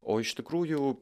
o iš tikrųjų